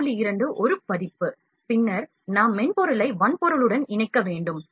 2 ஒரு பதிப்பு பின்னர் நாம் மென்பொருளை வன்பொருளுடன் இணைக்க வேண்டும்